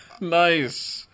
Nice